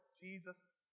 Jesus